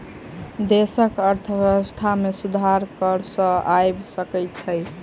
देशक अर्थव्यवस्था में सुधार कर सॅ आइब सकै छै